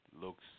looks